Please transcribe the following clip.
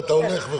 אתה הולך".